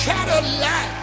Cadillac